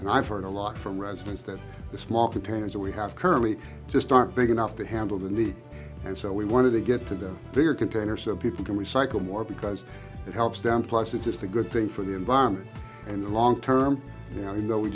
and i've heard a lot from residents that the small containers that we have currently just aren't big enough to handle the need and so we wanted to get to that bigger container so people can recycle more because it helps them plus it's just a good thing for the environment and long term yeah you know